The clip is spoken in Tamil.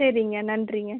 சரிங்க நன்றிங்க